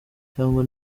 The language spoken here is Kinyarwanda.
cyangwa